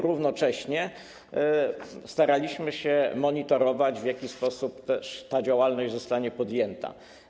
Równocześnie staraliśmy się monitorować, w jaki sposób też ta działalność zostanie podjęta.